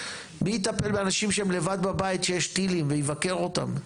מי יטפל באנשים שהם לבד בבית כשיש טילים ויבקר אותם?